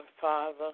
Father